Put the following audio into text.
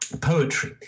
poetry